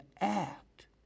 act